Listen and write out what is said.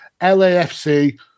lafc